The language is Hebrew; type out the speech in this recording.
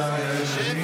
השר לוין,